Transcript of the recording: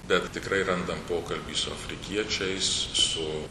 bet tikrai randam pokalbį su afrikiečiais su